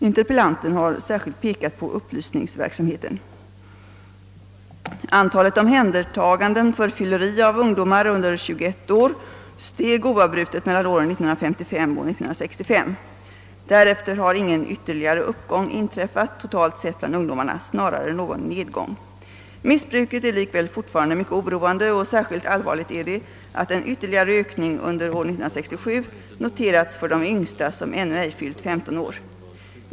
Interpellanten har särskilt pekat på upplysningsverksamheten. Antalet omhändertaganden för fylleri av ungdomar under 21 år steg oavbrutet mellan åren 1955 och 1965. Därefter har ingen ytterligare uppgång inträffat totalt sett bland ungdomarna, snarare någon nedgång. Missbruket är likväl fortfarande mycket oroande och särskilt allvarligt är det att en ytterligare ökning under år 1967 noterats för de yngsta, som ännu ej fyllt 15 år.